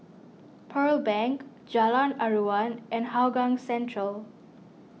Pearl Bank Jalan Aruan and Hougang Central